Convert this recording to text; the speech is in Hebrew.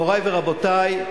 מורי ורבותי,